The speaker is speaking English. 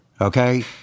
Okay